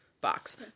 box